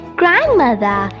grandmother